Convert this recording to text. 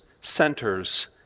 centers